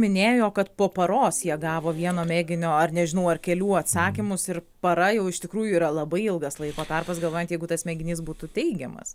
minėjo kad po paros jie gavo vieno mėginio ar nežinau ar kelių atsakymus ir para jau iš tikrųjų yra labai ilgas laiko tarpas galvojant jeigu tas mėginys būtų teigiamas